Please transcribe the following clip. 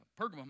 Pergamum